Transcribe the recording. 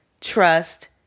trust